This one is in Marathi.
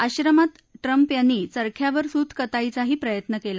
आश्रमात ट्रम्प यांनी चरख्यावर सूतकताईचाही प्रयत्न केला